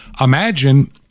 Imagine